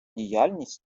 діяльність